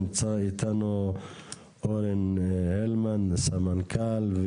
נמצא איתנו אורן הלמן, סמנכ"ל.